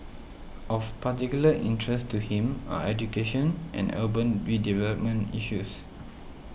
of particular interest to him are education and urban redevelopment issues